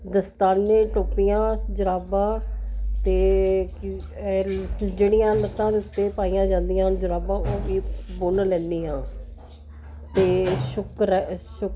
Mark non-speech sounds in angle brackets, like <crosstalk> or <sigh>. ਦਸਤਾਨੇ ਟੋਪੀਆਂ ਜੁਰਾਬਾਂ ਅਤੇ <unintelligible> ਜਿਹੜੀਆਂ ਲੱਤਾਂ ਦੇ ਉੱਤੇ ਪਾਈਆਂ ਜਾਂਦੀਆਂ ਹਨ ਜੁਰਾਬਾਂ ਉਹ ਵੀ ਬੁਣ ਲੈਂਦੀ ਹਾਂ ਅਤੇ ਸ਼ੁਕਰ ਹੈ ਸ਼ੁਕ